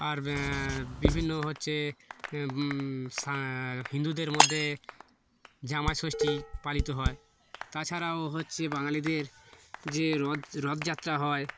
আর বিভিন্ন হচ্ছে হিন্দুদের মধ্যে জামা ষষ্ঠী পালিত হয় তাছাড়াও হচ্ছে বাঙালিদের যে রথ রথযাত্রা হয়